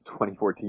2014